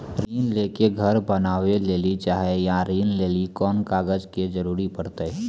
ऋण ले के घर बनावे लेली चाहे या ऋण लेली कोन कागज के जरूरी परतै?